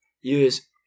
use